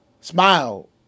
Smile